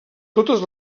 totes